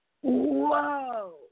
Whoa